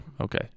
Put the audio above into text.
Okay